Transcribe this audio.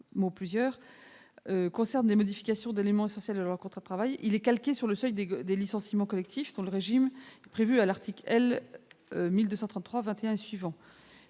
refusant la modification d'un élément essentiel de leur contrat de travail est calqué sur le seuil des licenciements collectifs, dont le régime est prévu aux articles L. 1233-21 et suivants